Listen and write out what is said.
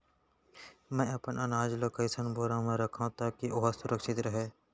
मैं अपन अनाज ला कइसन बोरा म रखव ताकी ओहा सुरक्षित राहय?